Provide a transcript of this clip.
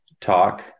talk